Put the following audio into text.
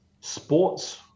sports